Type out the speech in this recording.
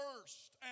first